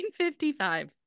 1955